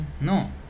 no